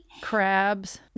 crabs